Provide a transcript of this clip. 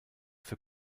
für